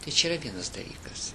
tai čia yra vienas dalykas